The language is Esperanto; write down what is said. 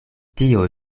tio